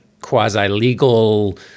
quasi-legal